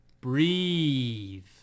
breathe